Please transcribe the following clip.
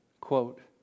quote